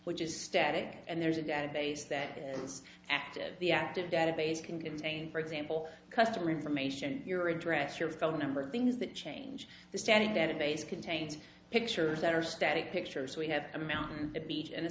which is static and there's a database that is active the active database can contain for example customer information your address your phone number things that change the standing that a base contains pictures that are static pictures we have a mountain a beach and a